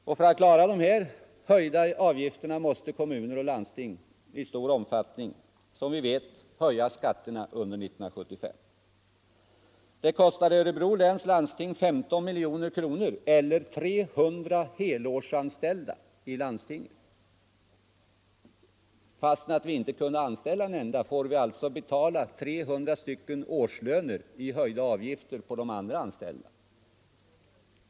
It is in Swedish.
Och för att klara dessa höjda avgifter måste kommuner och landsting i stor omfattning, som vi vet, höja skatterna under 1975. Det kostar Örebro läns landsting 15 miljoner kronor, motsvarande 300 helårsanställda i landstinget. Fastän vi inte kunde anställa en enda person får vi alltså betala 300 årslöner i höjda avgifter för övriga anställda.